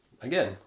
again